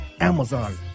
Amazon